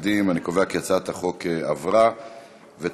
ההצעה להעביר את הצעת חוק פתיחת קבר של